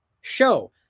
show